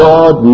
God